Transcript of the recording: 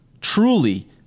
Truly